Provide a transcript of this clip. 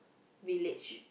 village